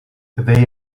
they